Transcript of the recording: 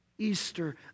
Easter